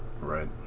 Right